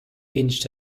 pinched